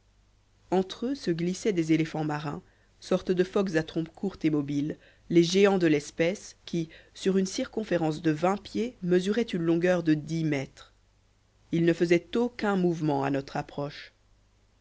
entre eux se glissaient des éléphants marins sortes de phoques à trompe courte et mobile les géants de l'espèce qui sur une circonférence de vingt pieds mesuraient une longueur de dix mètres ils ne faisaient aucun mouvement à notre approche